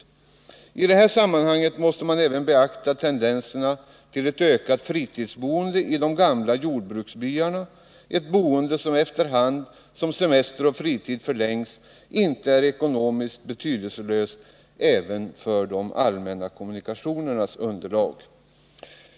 I detta sammanhang måste man beakta tendenserna till ett ökat fritidsboende i de gamla jordbruksbyarna, ett boende som efter hand som semester och fritid förlängs inte är ekonomiskt betydelselöst även med tanke på underlaget för de allmänna kommunikationerna.